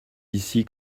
ici